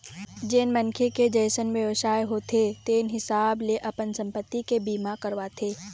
जेन मनखे के जइसन बेवसाय होथे तेन हिसाब ले अपन संपत्ति के बीमा करवाथे